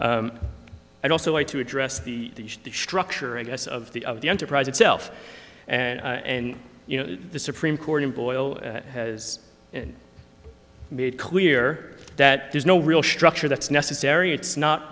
i'd also like to address the structure i guess of the of the enterprise itself and you know the supreme court in boyle has made clear that there's no real structure that's necessary it's not